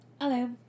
Hello